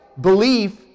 belief